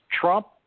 Trump